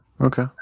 okay